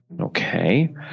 Okay